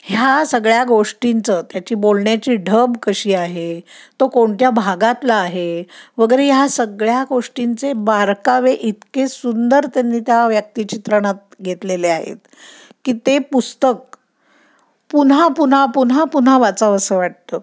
ह्या सगळ्या गोष्टींचं त्याची बोलण्याची ढब कशी आहे तो कोणत्या भागातला आहे वगैरे ह्या सगळ्या गोष्टींचे बारकावे इतके सुंदर त्यांनी त्या व्यक्तिचित्रणात घेतलेले आहेत की ते पुस्तक पुन्हा पुन्हा पुन्हा पुन्हा वाचावं असं वाटतं